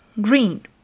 green